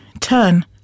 turn